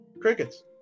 Crickets